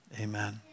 Amen